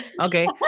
okay